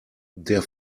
der